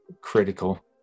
critical